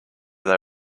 they